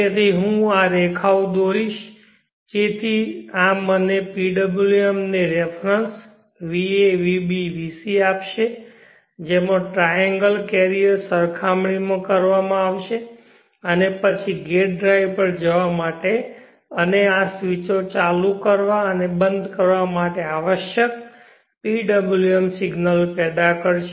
તેથી હું આ રેખાઓ દોરીશ તેથી આ મને PWM ને રિફેરન્સ va vb vc આપશે જેમાં ટ્રાએંગલ કેરીઅર સરખામણી કરવામાં આવશે અને પછી ગેટ ડ્રાઇવ પર જવા માટે અને આ સ્વીચો ચાલુ અને બંધ કરવા માટે આવશ્યક PWM સિગ્નલો પેદા કરશે